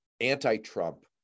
anti-trump